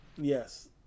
yes